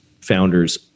founders